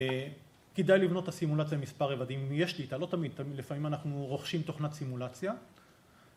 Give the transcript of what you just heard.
‫כדאי לבנות את הסימולציה ‫במספר רבדים. אם ‫יש שליטה, לא תמיד, ‫לפעמים אנחנו רוכשים תוכנת סימולציה.